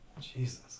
Jesus